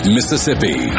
Mississippi